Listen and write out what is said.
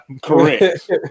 Correct